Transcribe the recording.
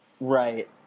Right